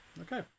Okay